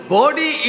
body